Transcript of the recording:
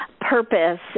purpose